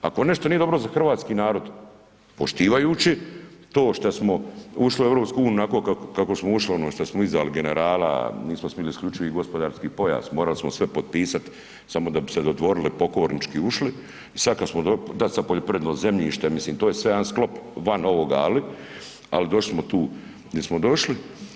Ako nešto nije dobro za hrvatski narod poštivajući to što smo ušli u EU onako kako smo ušli ono što smo izdali generala, nismo smili isključivi gospodarski pojas, morali smo sve potpisat samo da bi se dodvorili i pokornički ušli i sad kada smo, dat sad poljoprivredno zemljište, mislim to je sve jedan sklop van ovoga ali došli smo tu di smo došli.